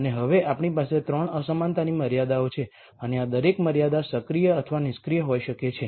અને હવે આપણી પાસે 3 અસમાનતાની મર્યાદાઓ છે અને આ દરેક મર્યાદા સક્રિય અથવા નિષ્ક્રિય હોઈ શકે છે